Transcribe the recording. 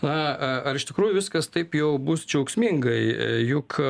na ar iš tikrųjų viskas taip jau bus džiaugsmingai juk